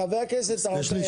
חבר הכנסת ארבל,